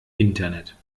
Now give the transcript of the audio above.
internet